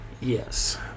Yes